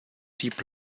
deep